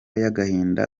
y’agahinda